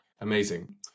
Amazing